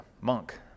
monk